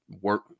work